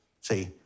See